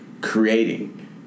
Creating